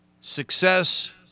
success